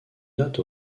note